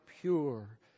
pure